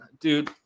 dude